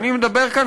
ואני מדבר כאן,